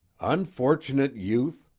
unfortunate youth!